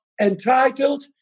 entitled